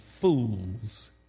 fools